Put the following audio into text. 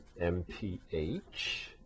MPH